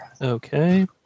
Okay